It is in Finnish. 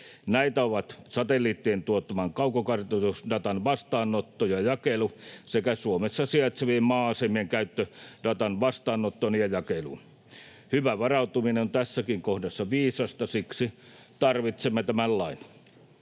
Näitä ovat satelliittien tuottaman kaukokartoitusdatan vastaanotto ja jakelu sekä Suomessa sijaitsevien maa-asemien käyttö datan vastaanottoon ja jakeluun. Hyvä varautuminen on tässäkin kohdassa viisasta, siksi tarvitsemme tämän lain.